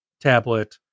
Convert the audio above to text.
tablet